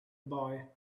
boy